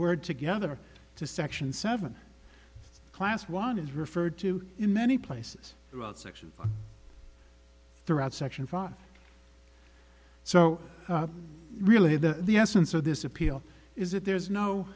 word together to section seven class one is referred to in many places throughout section throughout section five so really the essence of this appeal is that there's no